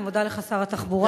אני מודה לך, שר התחבורה.